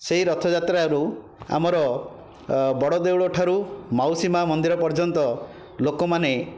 ସେଇ ରଥଯାତ୍ରାରୁ ଆମର ବଡ଼ ଦେଉଳଠାରୁ ମାଉସୀ ମା' ମନ୍ଦିର ପର୍ଯ୍ୟନ୍ତ ଲୋକମାନେ